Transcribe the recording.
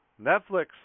Netflix